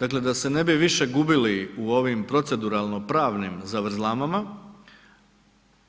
Dakle, da se više ne bi gubili u ovim proceduralno pravnim zavrzlamama,